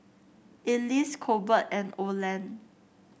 Ellis Colbert and Oland